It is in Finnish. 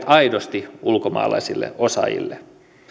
aidosti ovet ulkomaalaisille osaajille